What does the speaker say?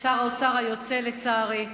שר האוצר, היוצא לצערי,